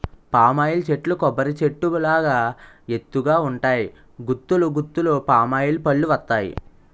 palm oil చెట్లు కొబ్బరి చెట్టు లాగా ఎత్తు గ ఉంటాయి గుత్తులు గుత్తులు పామాయిల్ పల్లువత్తాయి